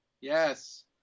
Yes